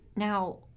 Now